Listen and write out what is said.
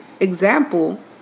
example